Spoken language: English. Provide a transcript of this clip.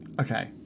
Okay